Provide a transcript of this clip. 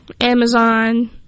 Amazon